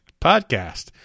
podcast